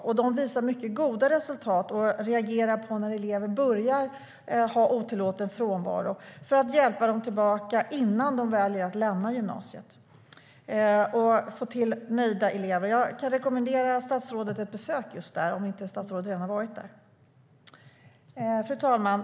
Man uppvisar mycket goda resultat genom att man reagerar när elever börjar ha otillåten frånvaro för att hjälpa dem tillbaka innan de väljer att lämna gymnasiet och för att få till nöjda elever. Jag kan rekommendera statsrådet ett besök om hon inte redan har varit där. Fru talman!